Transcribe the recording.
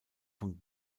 von